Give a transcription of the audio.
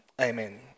amen